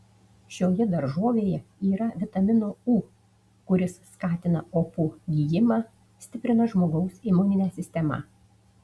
šioje daržovėje yra vitamino u kuris skatina opų gijimą stiprina žmogaus imuninę sistemą